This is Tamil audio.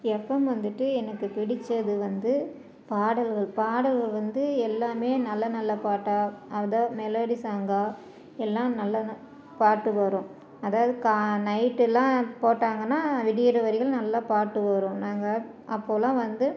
எஃப்எம் வந்துவிட்டு எனக்கு பிடித்தது வந்து பாடல்கள் பாடல் வந்து எல்லாமே நல்ல நல்ல பாட்டாக அதா மெலோடி சாங்காக எல்லாம் நல்ல ந பாட்டு வரும் அதாவது கா நைட்டு எல்லாம் போட்டாங்கன்னா விடிகிற வரையிலும் நல்லா பாட்டு வரும் நாங்கள் அப்போ எல்லாம் வந்து